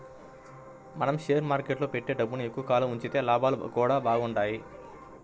మనం షేర్ మార్కెట్టులో పెట్టే డబ్బుని ఎక్కువ కాలం ఉంచితే లాభాలు గూడా బాగుంటయ్